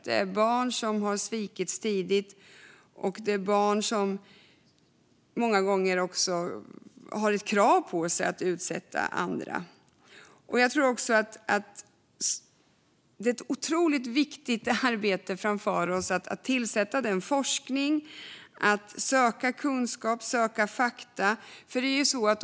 Det är barn som har svikits tidigt, och det är barn som också många gånger har ett krav på sig att utsätta andra. Vi har ett otroligt viktigt arbete framför oss med att få fram forskning och söka kunskap och fakta.